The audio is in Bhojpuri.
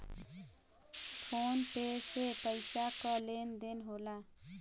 फोन पे से पइसा क लेन देन होला